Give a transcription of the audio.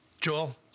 Joel